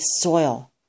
soil